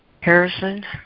Harrison